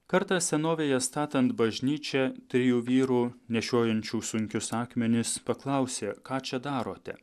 kartą senovėje statant bažnyčią trijų vyrų nešiojančių sunkius akmenis paklausė ką čia darote